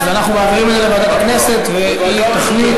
אז אנחנו מעבירים את זה לוועדת הכנסת, והיא תחליט.